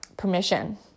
permission